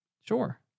Sure